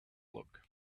luck